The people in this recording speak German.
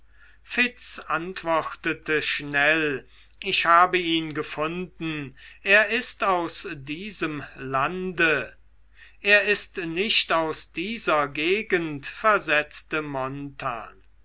antwortete schnell ich habe ihn gefunden er ist aus diesem lande er ist nicht aus dieser gegend versetzte